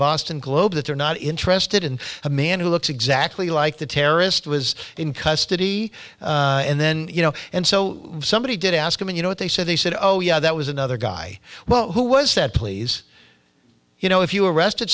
boston globe that they're not interested in a man who looks exactly like the terrorist was in custody and then you know and so somebody did ask him you know what they said they said oh yeah that was another guy well who was that please you know if you arrested